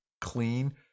clean